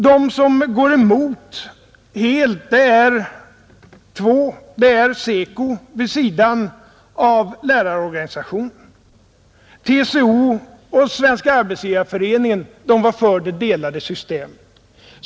De som går helt emot är SECO vid sidan av lärarorganisationen, TCO och Svenska arbetsgivareföreningen var för det delade systemet.